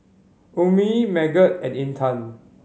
Ummi Megat and Intan